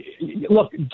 look